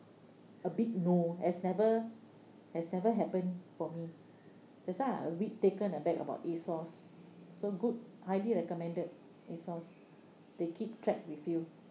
a big no has never has never happen for me that's why I was a bit taken aback about a source so good highly recommended a source they keep track with you